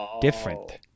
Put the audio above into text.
different